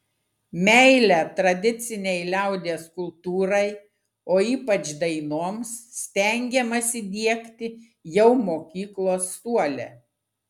meilę tradicinei liaudies kultūrai o ypač dainoms stengiamasi diegti jau mokyklos suole